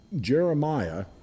jeremiah